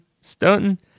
stunting